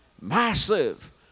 massive